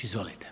Izvolite.